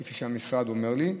כפי שהמשרד אומר לי,